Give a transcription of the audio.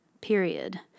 period